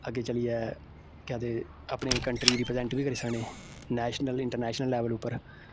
अग्गें चलियै केह् आखदे अपनी कंट्री रिप्रजैंट बी करी सकने नैशनल इंटरनैशनल लेवल उप्पर